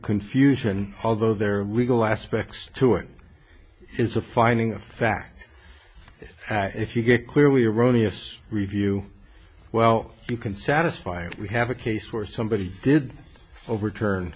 confusion although there are legal aspects to it is a finding of fact if you get clearly erroneous review well you can satisfy it we have a case where somebody did overturn